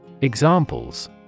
Examples